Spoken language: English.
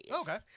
okay